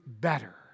better